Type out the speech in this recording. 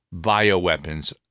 bioweapons